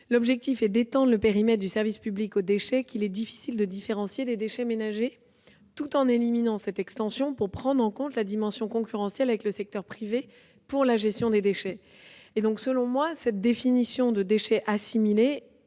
L'objectif est d'étendre le périmètre du service public aux déchets qu'il est difficile de différencier des déchets ménagers, tout en éliminant cette extension pour prendre en compte la dimension concurrentielle avec le secteur privé pour la gestion des déchets. Pour moi, cette définition des déchets assimilés